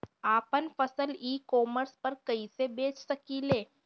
आपन फसल e commerce पर कईसे बेच सकिले?